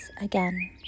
again